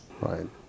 Right